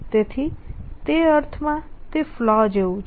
તેથી તે અર્થમાં તે ફલૉ જેવું છે